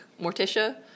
Morticia